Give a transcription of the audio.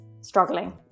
struggling